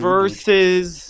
Versus